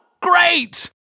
Great